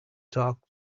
talked